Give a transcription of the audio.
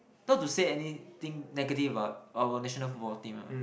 not to say anything negative about our national football team ah